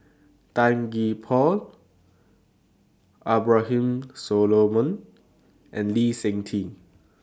Tan Gee Paw Abraham Solomon and Lee Seng Tee